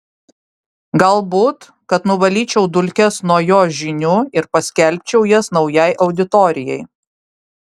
galbūt kad nuvalyčiau dulkes nuo jo žinių ir paskelbčiau jas naujai auditorijai